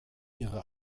ihre